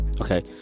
okay